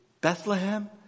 Bethlehem